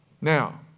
Now